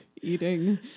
eating